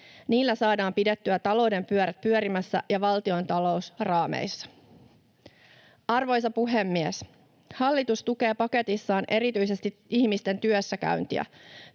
Niillä saadaan pidettyä talouden pyörät pyörimässä ja valtiontalous raameissa. Arvoisa puhemies! Hallitus tukee paketissaan erityisesti ihmisten työssäkäyntiä.